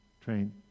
train